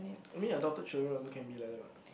I mean adopted children also can be like that what